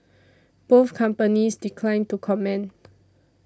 both companies declined to comment